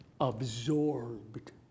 absorbed